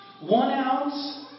one-ounce